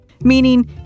meaning